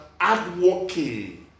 hardworking